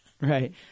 Right